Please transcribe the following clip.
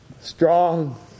strong